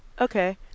Okay